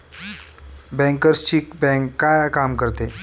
बँकर्सची बँक काय काम करते?